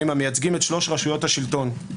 המייצגים את שלושת רשויות השלטון,